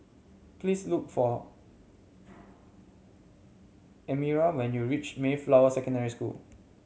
please look for Elmyra when you reach Mayflower Secondary School